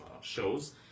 shows